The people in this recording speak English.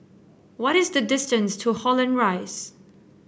what is the distance to Holland Rise